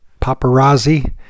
paparazzi